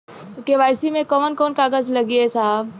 KYC मे कवन कवन कागज लगी ए साहब?